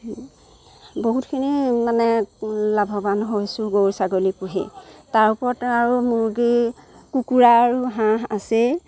বহুতখিনি মানে লাভৱান হৈছোঁ গৰু ছাগলী পুহি তাৰ ওপৰত আৰু মুৰ্গী কুকুৰা আৰু হাঁহ আছেই